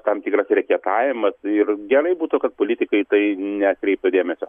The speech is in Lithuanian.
tam tikras reketavimas ir gerai būtų kad politikai į tai neatkreiptų dėmesio